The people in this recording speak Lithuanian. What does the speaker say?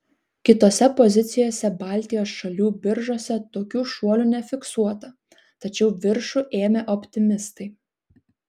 kitose pozicijose baltijos šalių biržose tokių šuolių nefiksuota tačiau viršų ėmė optimistai